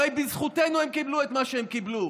הרי בזכותנו הם קיבלו את מה שהם קיבלו.